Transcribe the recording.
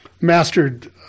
mastered